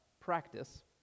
practice